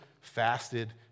fasted